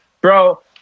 bro